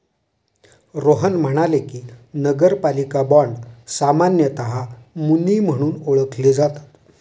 रोहन म्हणाले की, नगरपालिका बाँड सामान्यतः मुनी म्हणून ओळखले जातात